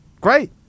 Great